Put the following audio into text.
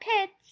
pits